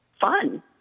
fun